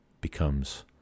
becomes